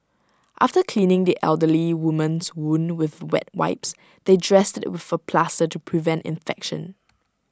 after cleaning the elderly woman's wound with wet wipes they dressed IT with A plaster to prevent infection